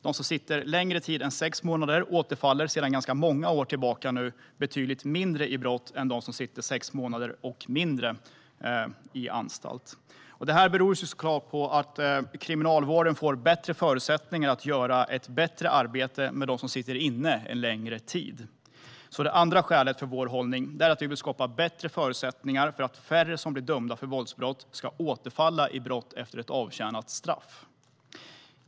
De som sitter längre tid än sex månader återfaller sedan ganska många år tillbaka nu betydligt mindre i brott än de som sitter sex månader och mindre på anstalt. Det här beror såklart på att kriminalvården får bättre förutsättningar att göra ett bättre arbete med dem som sitter inne en längre tid. Det andra skälet till vår hållning är alltså att vi vill skapa bättre förutsättningar för att färre som blir dömda för våldsbrott ska återfalla i brott efter avtjänat straff.